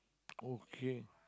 okay